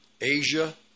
Asia